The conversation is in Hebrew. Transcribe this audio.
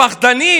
פחדנים?